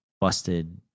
busted